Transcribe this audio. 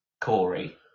Corey